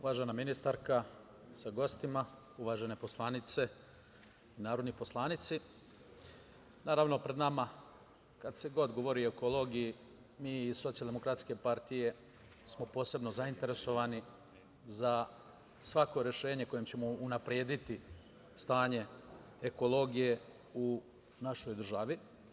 Uvažena ministarka sa gostima, uvažene poslanice i narodni poslanici, naravno pred nama kada god se govori o ekologiji, mi iz SDPS smo posebno zainteresovani za svako rešenje kojim ćemo unaprediti stanje ekologije u našoj državi.